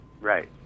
Right